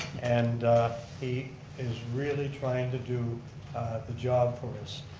and he is really trying to do the job for us.